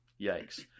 yikes